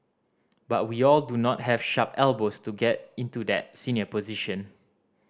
but we all do not have sharp elbows to get into that senior position